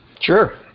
Sure